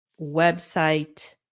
website